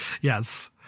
yes